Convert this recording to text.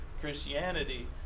Christianity